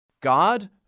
God